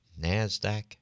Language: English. NASDAQ